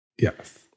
Yes